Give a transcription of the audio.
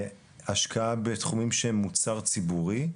השקעה בתחומים שהם מוצר ציבורי,